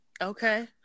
Okay